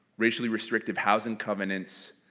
racially restrictive housing covenants,